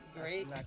Great